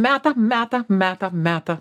meta meta meta meta